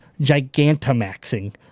Gigantamaxing